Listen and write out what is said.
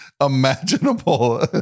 imaginable